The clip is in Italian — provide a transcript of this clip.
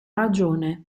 ragione